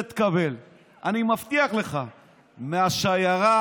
בתנאים מסוימים.